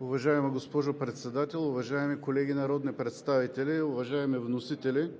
Уважаема госпожо Председател, уважаеми колеги народни представители, уважаеми вносители!